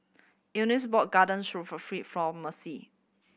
Anice bought Garden Stroganoff for Mercy